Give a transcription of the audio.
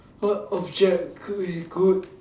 what object would be good